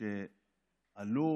שעלו